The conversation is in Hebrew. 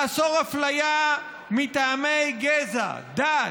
לאסור אפליה מטעמי גזע, דת,